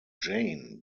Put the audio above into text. jane